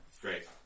great